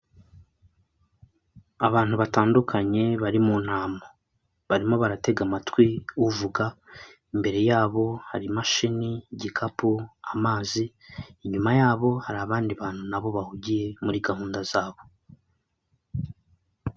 Abantu batandukanye bari mu nama, barimo baratega amatwi uvuga, imbere yabo hari imashini, igikapu, amazi, inyuma yabo hari abandi bantu na bo bahugiye muri gahunda zabo.